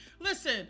Listen